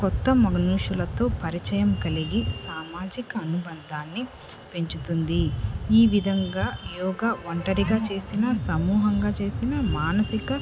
కొత్త మనుషులతో పరిచయం కలిగి సామాజిక అనుబంధాన్ని పెంచుతుంది ఈ విధంగా యోగా ఒంటరిగా చేసినా సమూహంగా చేసినా మానసిక